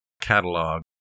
catalog